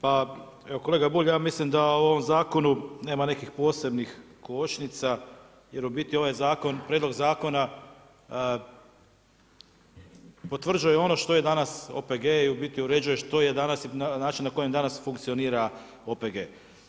Pa evo kolega Bulj, ja mislim da u ovom zakonu nema nekakvih posebnih kočnica, jer u biti ovaj zakon, prijedlog zakona potvrđuje ono što je danas OPG-e i u biti uređuje što je danas i način na koji danas funkcionira OPG-e.